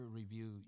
review